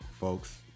folks